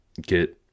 get